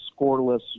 scoreless